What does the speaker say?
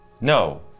No